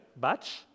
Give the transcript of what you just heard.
batch